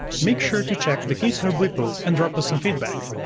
make sure to check the github repo and drop us some feedback.